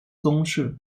宗室